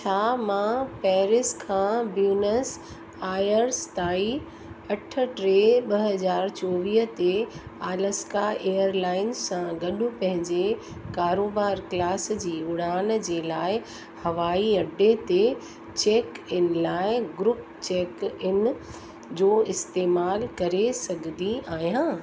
छा मां पैरिस खां ब्यूनस आयर्स ताईं अठ टे ॿ हज़ार चोवीह ते आल्सका एयरलाइन सां गॾु पैंजे कारोबार क्लास जी उड़ान जी लाइ हवाई अडे ते चैक इन लाइ ग्रुप चैक इन जो इस्तेमाल करे सघंदी आहियां